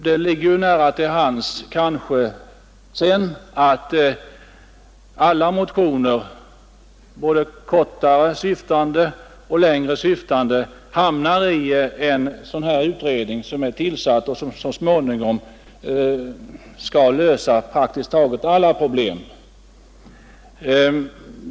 Det ligger kanske nära till hands att alla motioner på detta område, både kortare och längre syftande, hamnar hos en sådan utredning som har i uppdrag att så småningom lösa praktiskt taget alla problem i skolan.